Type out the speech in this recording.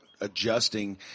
adjusting